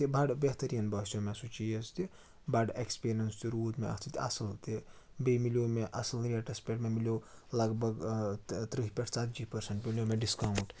تہِ بَڑٕ بہتٔریٖن باسیو مےٚ سُہ چیٖز تہِ بَڑٕ اٮ۪کٕسپیٖریَنٕس تہِ روٗد مےٚ اَتھ سۭتۍ اَصٕل تہِ بیٚیہِ مِلیو مےٚ اَصٕل ریٹَس پٮ۪ٹھ مےٚ مِلیو لگ بگ تٕرٛہہِ پٮ۪ٹھ ژَتجی پٔرسَنٛٹ مِلیو مےٚ ڈِسکاوُنٛٹ